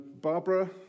Barbara